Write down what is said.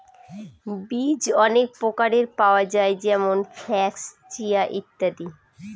বীজ অনেক প্রকারের পাওয়া যায় যেমন ফ্লাক্স, চিয়া, ইত্যাদি